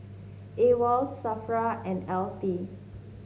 AWOL Safra and L T